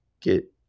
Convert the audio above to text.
get